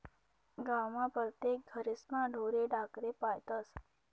गावमा परतेक घरेस्मा ढोरे ढाकरे पायतस